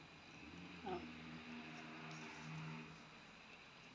mm